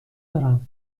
دارم